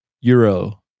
Euro